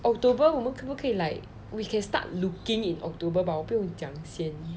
october 我们可不可以 like we can start looking in october but 我不用讲先